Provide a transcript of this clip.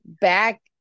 back